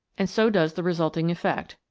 and so does the re sulting effect,